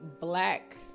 black